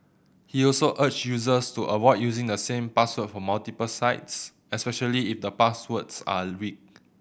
he also urged users to avoid using the same password for multiple sites especially if the passwords are weak